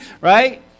right